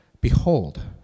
behold